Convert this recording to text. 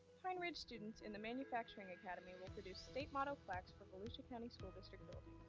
pine ridge students in the manufacturing academy will produce state motto plaques for volusia county school district